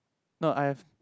no I have